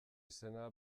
izena